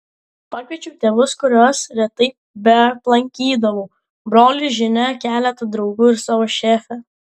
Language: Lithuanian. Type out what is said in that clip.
pakviečiau tėvus kuriuos retai beaplankydavau brolį žinia keletą draugų ir savo šefę